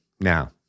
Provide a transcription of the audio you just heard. now